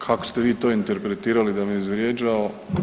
Kako ste vi to interpretirali da me izvrijeđao.